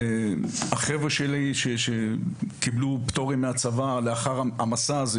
החבר'ה שלי שקיבלו פטור מהצבא לאחר המסע הזה,